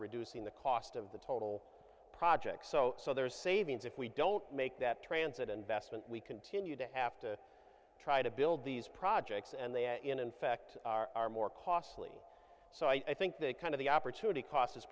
reducing the cost of the total project so so there is savings if we don't make that transit investment we continue to have to try to build these projects and they are in fact are more costly so i think the kind of the opportunity c